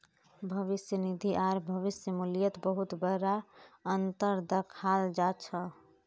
भविष्य निधि आर भविष्य मूल्यत बहुत बडा अनतर दखाल जा छ